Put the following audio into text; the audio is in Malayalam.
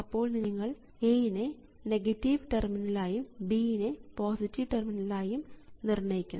അപ്പോൾ നിങ്ങൾ A നെ നെഗറ്റീവ് ടെർമിനൽ ആയും B നെ പോസിറ്റീവ് ടെർമിനൽ ആയും നിർണ്ണയിക്കണം